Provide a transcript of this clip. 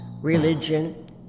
Religion